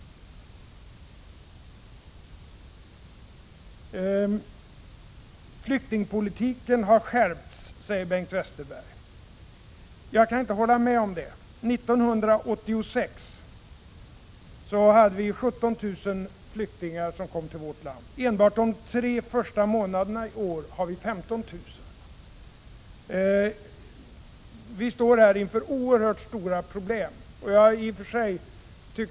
Flyktingpolitiken har skärpts, säger Bengt Westerberg. Jag kan inte hålla med om det. År 1986 hade vi 17 000 flyktingar som kom till vårt land. Enbart de tre första månaderna i år har vi 15 000. Vi står här inför oerhört stora problem.